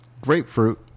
Grapefruit